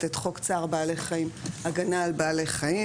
את חוק צער בעלי חיים (הגנה על בעלי חיים),